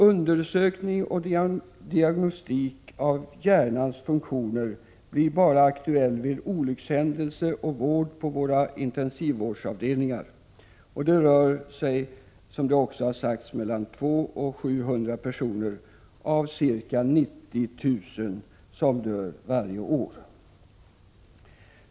Undersökning och diagnostik av hjärnans funktioner blir bara aktuella vid olyckshändelse och vård på våra intensivvårdsavdelningar — det rör, som det också har sagts, mellan 200 och 700 personer av ca 90 000 som dör varje år.